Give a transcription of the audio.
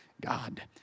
God